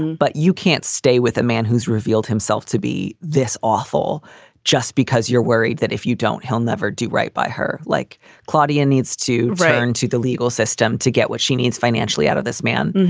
but you can't stay with a man who's revealed himself to be this awful just because you're worried that if you don't, he'll never do right by her. like claudia needs to return to the legal system to get what she needs financially out of this man.